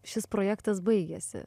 šis projektas baigėsi